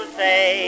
say